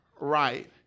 right